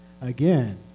again